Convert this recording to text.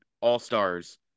all-stars